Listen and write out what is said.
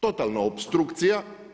Totalna opstrukcija.